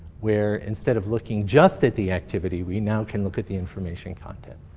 where instead of looking just at the activity, we now can look at the information content.